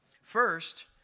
First